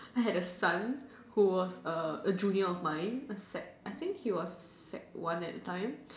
I had a son who was a junior of mine I think he was sec one at the time